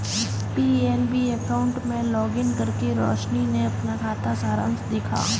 PNB account में login करके रोशनी ने अपना खाता सारांश देखा